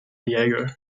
diego